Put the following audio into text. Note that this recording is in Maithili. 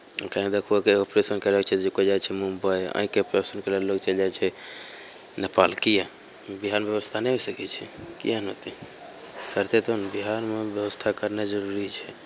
आओर कहीँ देखबहो कि ऑपरेशन करैके होइ छै जे कोइ जाइ छै मुम्बइ आँखिके ऑपरेशन करबैले लोक चलि जाइ छै नेपाल किएक बिहारमे बेबस्था नहि होइ सकै छै किएक नहि होतै करतै तब ने बिहारमे बेबस्था करनाइ जरूरी छै